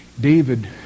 David